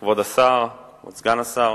כבוד השר, כבוד סגן השר,